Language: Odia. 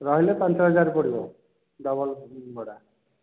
ରହିଲେ ପାଞ୍ଚ ହଜାର ପଡ଼ିବ ଡବଲ୍ ଭଡ଼ା